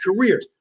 career